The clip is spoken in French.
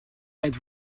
êtes